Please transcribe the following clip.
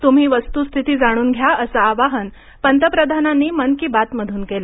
तुम्ही वस्तुस्थिती जाणून घ्या असं आवाहन पंतप्रधानांनी मन की बात मधून केलं